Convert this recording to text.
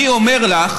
אני אומר לך